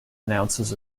announces